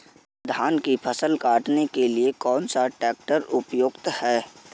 धान की फसल काटने के लिए कौन सा ट्रैक्टर उपयुक्त है?